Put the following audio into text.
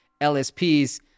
LSPs